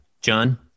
John